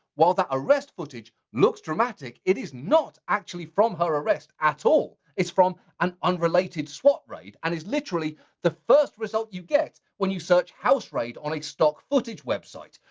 while the arrest footage looks dramatic, it is not actually from her arrest at all. it's from an unrelated swat raid and is literally the first result you get when you search house raid on a stock footage website.